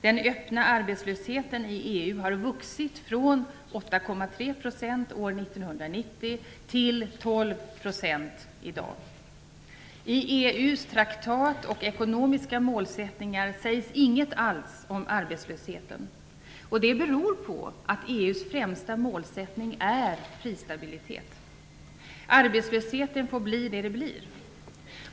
Den öppna arbetslösheten i EU har vuxit från 8,3 % år 1990 till I EU:s traktat och ekonomiska målsättningar sägs inget alls om arbetslösheten, och det beror på att EU:s främsta målsättning är prisstabilitet. Arbetslösheten får bli vad den blir.